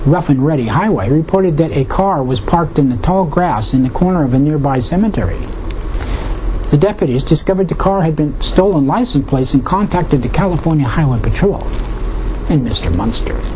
rough and ready highway reported that a car was parked in the tall grass in the corner of a nearby cemetery the deputies discovered the car had been stolen license plates and contacted the california highway patrol and mr munster